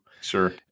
Sure